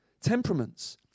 temperaments